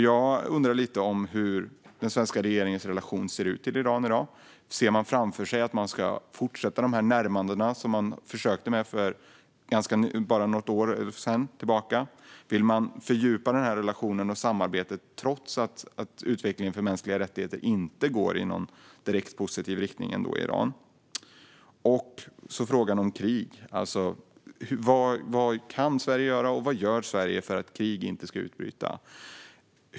Jag undrar den svenska regeringens relation till Iran ser ut i dag. Ser man framför sig att man ska fortsätta med de närmanden som man försökte med för något år sedan? Vill man fördjupa relationen och samarbetet trots att utvecklingen för mänskliga rättigheter inte går i någon direkt positiv riktning i Iran? Sedan har vi frågan om krig: Vad kan Sverige göra, och vad gör Sverige för att krig inte ska utbryta?